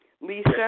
Lisa